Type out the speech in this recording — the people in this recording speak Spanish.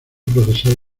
procesado